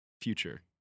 future